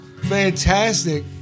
Fantastic